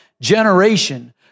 generation